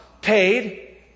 paid